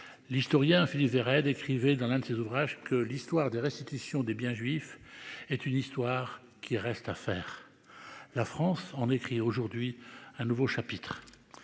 L'historien Philippe des raids écrivez dans l'un de ses ouvrages que l'histoire des restitutions des biens juifs est une histoire qui reste à faire. La France en écrit aujourd'hui un nouveau chapitre.